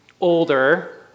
older